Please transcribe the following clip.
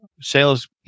sales